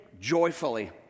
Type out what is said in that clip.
joyfully